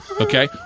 Okay